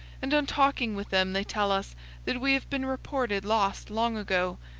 and on talking with them they tell us that we have been reported lost long ago,